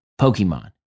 Pokemon